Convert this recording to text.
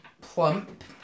plump